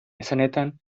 esanetan